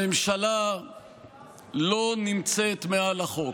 הממשלה לא נמצאת מעל החוק.